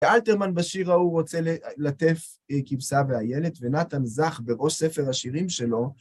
ואלתרמן בשיר ההוא רוצה ללטף כבשה ואיילת, ונתן זך בראש ספר השירים שלו.